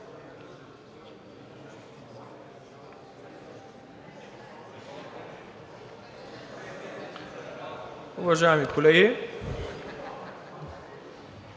Уважаеми колеги,